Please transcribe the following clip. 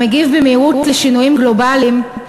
המגיב במהירות על שינויים גלובליים,